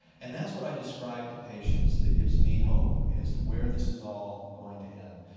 and that's what i describe to patients that gives me hope, is where this is all going to end.